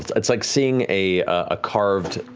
it's like seeing a ah carved